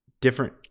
different